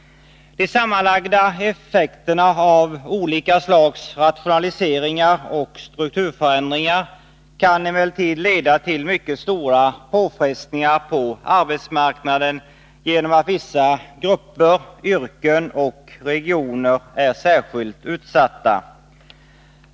De sammanlagda effekterna av olika slags rationaliseringar och strukturförändringar kan emellertid leda till mycket stora påfrestningar på arbetsmarknaden genom att vissa grupper, yrken och regioner är särskilt utsatta.